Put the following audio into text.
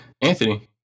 Anthony